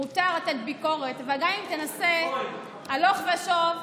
שמותר לתת ביקורת, אבל עדיין תנסה הלוך ושוב.